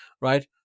right